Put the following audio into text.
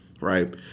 Right